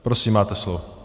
Prosím, máte slovo.